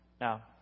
Now